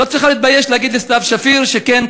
את לא צריכה להתבייש להגיד לסתיו שפיר שכן,